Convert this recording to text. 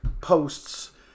posts